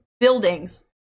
buildings